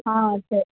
ஆ சேரி